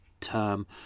term